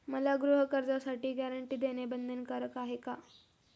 मला गृहकर्जासाठी गॅरंटी देणं बंधनकारक आहे का?